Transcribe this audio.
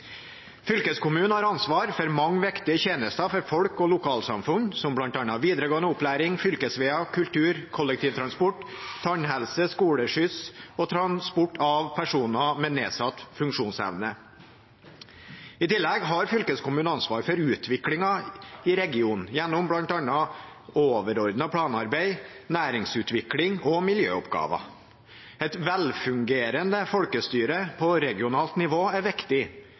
Fylkeskommunen har ansvar for mange viktige tjenester for folk og lokalsamfunn, som bl.a. videregående opplæring, fylkesveier, kultur, kollektivtransport, tannhelse, skoleskyss og transport av personer med nedsatt funksjonsevne. I tillegg har fylkeskommunen ansvar for utviklingen i regionen, gjennom bl.a. overordnet planarbeid, næringsutvikling og miljøoppgaver. Et velfungerende folkestyre på regionalt nivå er viktig,